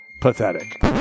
Pathetic